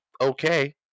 okay